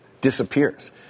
disappears